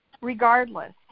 regardless